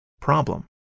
problem